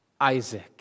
Isaac